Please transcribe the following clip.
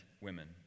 women